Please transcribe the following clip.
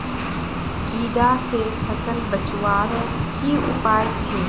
कीड़ा से फसल बचवार की उपाय छे?